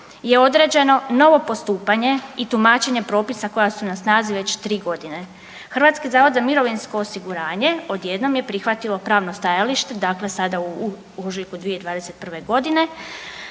je određeno novo postupanje i tumačenje propisa koja su na snazi već 3 godine. Hrvatski zavod za mirovinsko osiguranje odjednom je prihvatilo pravno stajalište dakle sada u ožujku 2021. godine